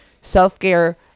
Self-care